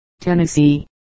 Tennessee